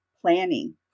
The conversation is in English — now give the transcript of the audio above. planning